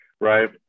Right